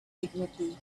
dignity